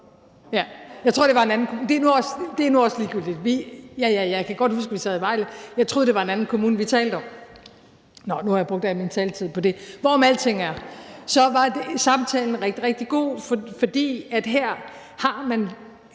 Vejle). Vejle, godt. (Kommentarer fra salen). Jeg kan godt huske, at vi sad i Vejle, men jeg troede, det var en anden kommune, vi talte om. Nå, nu har jeg brugt al min taletid på det. Hvorom alting er, var samtalen rigtig, rigtig god, for her har man